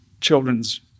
children's